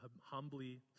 humbly